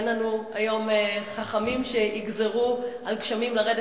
אין לנו היום חכמים שיגזרו על גשמים לרדת,